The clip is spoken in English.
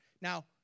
Now